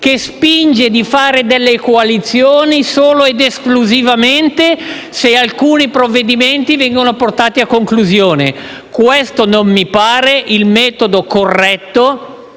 che spinge per fare delle coalizioni solo ed esclusivamente se alcuni provvedimenti vengono portati a conclusione. Questo non mi sembra il metodo corretto